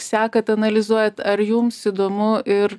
sekat analizuojat ar jums įdomu ir